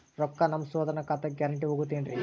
ರೊಕ್ಕ ನಮ್ಮಸಹೋದರನ ಖಾತಕ್ಕ ಗ್ಯಾರಂಟಿ ಹೊಗುತೇನ್ರಿ?